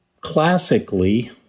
classically